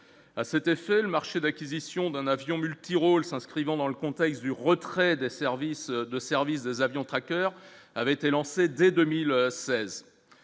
à cet effet, le marché d'acquisition d'un avion multirôle s'inscrivant dans le contexte du retrait des services de service d'avions traqueur avait été lancé dès 2016,